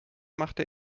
machte